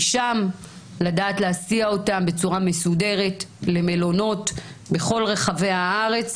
משם לדעת להסיע אותם בצורה מסודרת למלונות בכל רחבי הארץ,